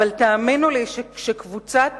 אבל האמינו לי שכשקבוצת